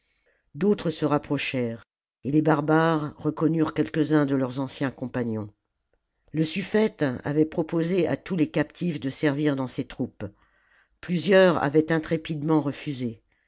d'autres se rapprochèrent et les barbares reconnurent quelques-uns de leurs anciens compagnons le suffete avait proposé à tous les captifs de servir dans ses troupes plusieurs avaient intrépidement refusé